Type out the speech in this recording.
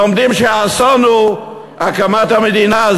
לומדים שהאסון הוא הקמת המדינה.